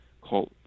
called